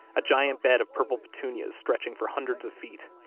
a giant bed of purple petunias stretching for hundreds of feet.